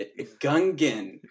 Gungan